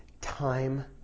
time